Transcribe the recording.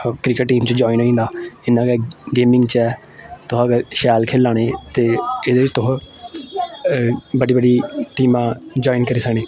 cricket team च join होई जंदा इ'यां गै गेमिंग च ऐ तुस अगर शैल खेल्ला न ते एह्दे च तुस बड्डी बड्डी टीमां ज्वाइन करी सकने